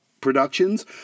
Productions